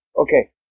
Okay